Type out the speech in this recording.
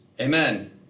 Amen